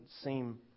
seem